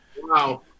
Wow